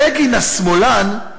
בגין השמאלן,